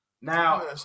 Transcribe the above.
Now